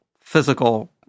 physical